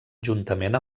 juntament